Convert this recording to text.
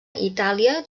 itàlia